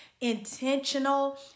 intentional